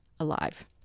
alive